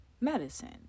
medicine